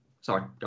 sorry